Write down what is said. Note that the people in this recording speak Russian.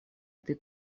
этой